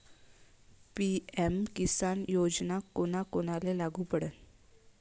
PM Kisan योजना कोना कोनाले लागू पडन?